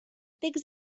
text